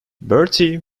bertie